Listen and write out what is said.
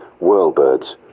whirlbirds